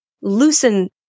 loosen